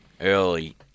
early